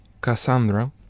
Cassandra